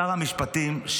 שר המשפטים,